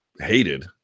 hated